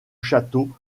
château